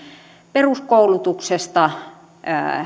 peruskoulutuksesta